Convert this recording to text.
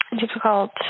difficult